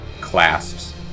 clasps